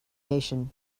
nation